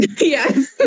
Yes